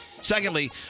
Secondly